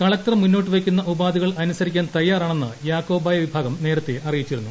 collector മുന്നോട്ട് വെയ്ക്കുന്ന ഉപാധികൾ അനുസരിക്കാൻ തയ്യാറാണെന്ന് യാക്കോബായ വിഭാഗം നേരത്തെ അറിയിച്ചിരുന്നു